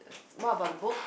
it's more about the book